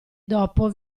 dopo